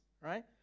Right